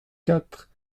quatre